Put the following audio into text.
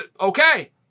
okay